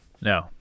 No